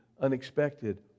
unexpected